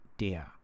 der